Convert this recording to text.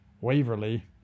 Waverly